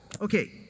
Okay